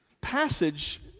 passage